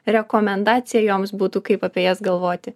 rekomendaciją joms būtų kaip apie jas galvoti